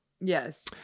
Yes